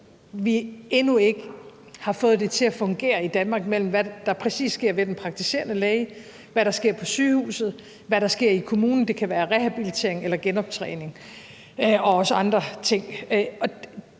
vi endnu ikke har fået sammenhæng mellem, hvad der præcis sker ved den praktiserende læge, hvad der sker på sygehuset, og hvad der sker i kommunen, og det kan være rehabilitering eller genoptræning og andre ting,